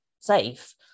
safe